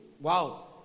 Wow